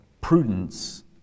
prudence